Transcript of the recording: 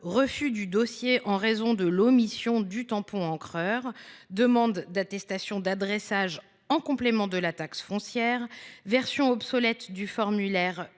rejet du dossier en raison de l’omission du tampon encreur, demande d’attestation d’adressage en complément de la taxe foncière, version obsolète du formulaire